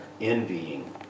envying